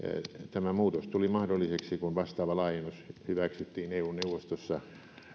tämä muutos tuli mahdolliseksi kun vastaava laajennus hyväksyttiin eun neuvostossa